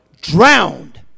drowned